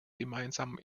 gemeinsamen